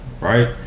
right